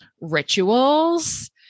rituals